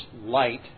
light